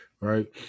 right